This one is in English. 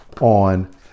on